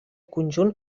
conjunt